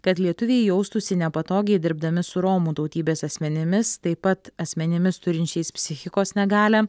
kad lietuviai jaustųsi nepatogiai dirbdami su romų tautybės asmenimis taip pat asmenimis turinčiais psichikos negalią